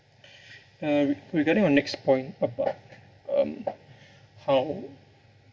uh re~ regarding your next point about um how